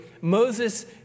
Moses